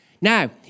Now